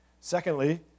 Secondly